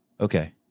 Okay